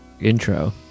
intro